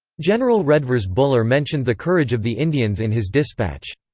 general redvers buller mentioned the courage of the indians in his dispatch.